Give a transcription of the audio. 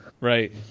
right